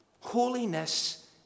Holiness